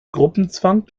gruppenzwang